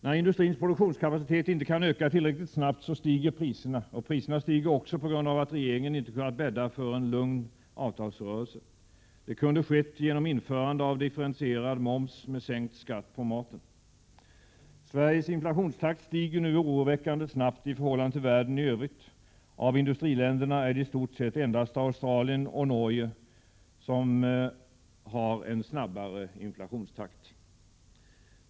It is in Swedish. När industrins produktionskapacitet inte kan öka tillräckligt snabbt stiger priserna. Priserna stiger också på grund av att regeringen inte kunde bädda för en lugn avtalsrörelse. Det kunde ha skett genom införande av differentierad moms med sänkt skatt på maten. Sveriges inflationstakt stiger nu oroväckande snabbt i förhållande till världen i övrigt. Av industriländerna är det i stort sett endast Australien och Norge som har en snabbare inflationstakt.